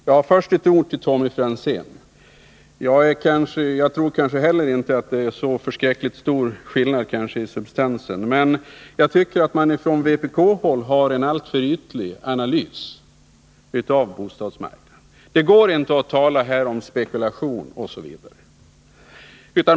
Herr talman! Först några ord till Tommy Franzén. Inte heller jag tror att det är så särskilt stor skillnad i substansen. Men jag tycker att man på vpk-håll har en alltför ytlig analys av bostadsmarknaden. Det går inte att här tala om spekulation, osv.